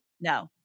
No